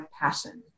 passion